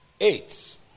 Eight